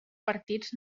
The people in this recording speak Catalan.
partits